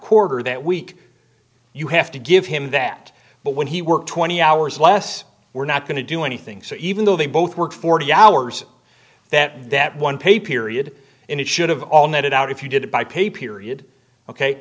quarter that week you have to give him that but when he work twenty hours less we're not going to do anything so even though they both work forty hours that that one dollar pay period in it should have all netted out if you did it by pay period ok